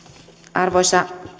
arvoisa